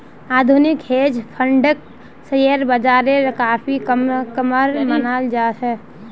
आधुनिक हेज फंडक शेयर बाजारेर काफी कामेर मनाल जा छे